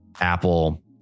Apple